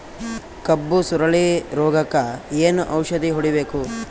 ಕಬ್ಬು ಸುರಳೀರೋಗಕ ಏನು ಔಷಧಿ ಹೋಡಿಬೇಕು?